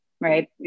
right